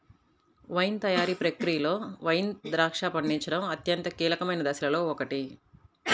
wine తయారీ ప్రక్రియలో wine ద్రాక్ష పండించడం అత్యంత కీలకమైన దశలలో ఒకటి